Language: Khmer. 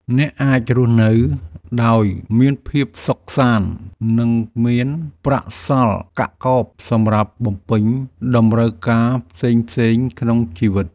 អ្នកអាចរស់នៅដោយមានភាពសុខសាន្តនិងមានប្រាក់សល់កាក់កបសម្រាប់បំពេញតម្រូវការផ្សេងៗក្នុងជីវិត។